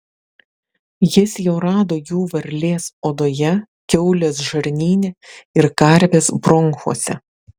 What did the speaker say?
jis jau rado jų varlės odoje kiaulės žarnyne ir karvės bronchuose